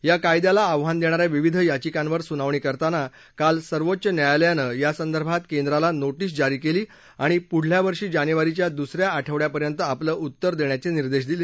या कायद्याला आव्हान देणाऱ्या विविध याचिकांवर सुनावणी करताना काल सर्वोच्च न्यायालयानं या संदर्भात केंद्राला नोर्रिस जारी केली आणि पुढल्या वर्षी जानेवारीच्या दुसऱ्या आठवड्यापर्यंत आपलं उत्तर देण्याचे निर्देश दिले